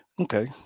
Okay